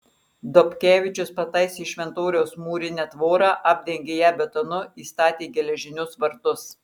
dobkevičius pataisė šventoriaus mūrinę tvorą apdengė ją betonu įstatė geležinius vartus